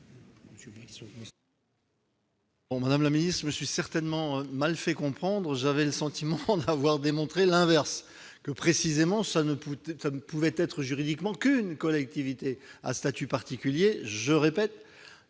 Madame la ministre, je me suis certainement mal fait comprendre, car j'avais le sentiment d'avoir démontré l'inverse, à savoir qu'il ne pouvait s'agir, juridiquement, que d'une collectivité à statut particulier ! Je le